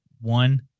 one